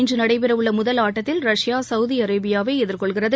இன்று நடைபெற உள்ள முதல் ஆட்டத்தில் ரஷ்யா சவுதி அரேபியாவை எதிர்கொள்கிறது